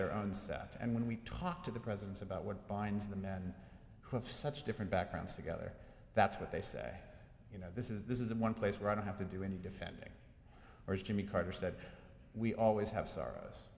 their own set and when we talk to the presidents about what binds the men who have such different backgrounds together that's what they say you know this is this is the one place where i don't have to do any defending or as jimmy carter said we always have sorrows